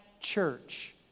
church